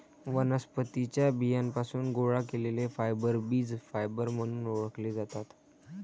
वनस्पतीं च्या बियांपासून गोळा केलेले फायबर बीज फायबर म्हणून ओळखले जातात